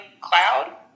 cloud